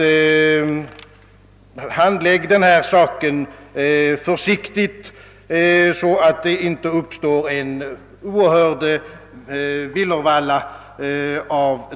Handlägg denna sak försiktigt, herr Moberg, så att det inte uppstår en oerhörd villervalla!